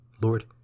Lord